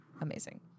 Amazing